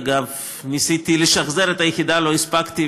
אגב, ניסיתי לשחזר את היחידה, לא הספקתי.